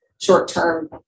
short-term